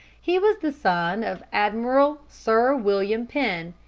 he was the son of admiral sir william penn,